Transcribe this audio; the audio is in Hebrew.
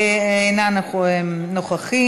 אינם נוכחים.